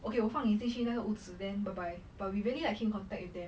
okay 我放你进去那个屋子 then bye bye but we really like keep in contact with them